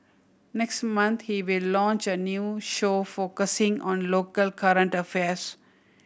next month he will launch a new show focusing on local current affairs